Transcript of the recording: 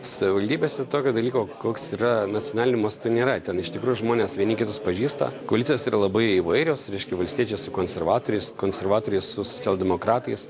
savivaldybėse tokio dalyko koks yra nacionaliniu mastu nėra ten iš tikro žmonės vieni kitus pažįsta koalicijos yra labai įvairios reiškia valstiečiai su konservatoriais konservatoriai su socialdemokratais